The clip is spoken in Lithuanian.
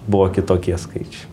buvo kitokie skaičiai